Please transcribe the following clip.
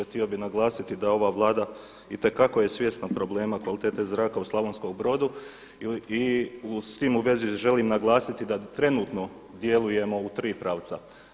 Htio bih naglasiti da ova Vlada itekako je svjesna problema kvalitete zraka u Slavonskom Brodu i s tim u vezi želim naglasiti da trenutno djelujemo u tri pravca.